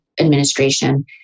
administration